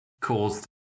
caused